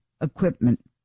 equipment